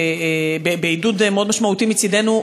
בעידוד מאוד משמעותי מצדנו,